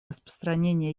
распространения